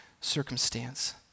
circumstance